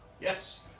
yes